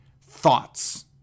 thoughts